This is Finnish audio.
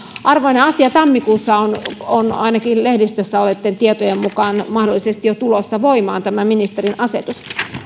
arvoinen asia tammikuussa on on ainakin lehdistössä olleitten tietojen mukaan mahdollisesti jo tulossa voimaan tämä ministerin asetus